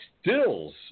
Stills